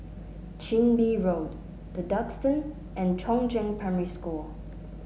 Chin Bee Road The Duxton and Chongzheng Primary School